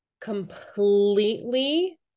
completely